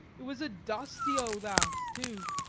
it was a dusty old ouse, too,